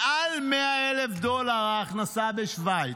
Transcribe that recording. מעל 100,000 דולר, ההכנסה בשווייץ.